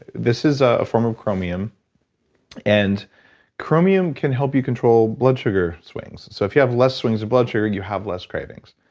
this is a form of chromium and chromium can help you control blood sugar swings. so if you have less swings of blood sugar you have less cravings.